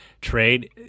trade